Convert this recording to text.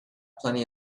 plenty